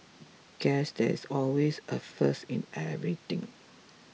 guess there is always a first in everything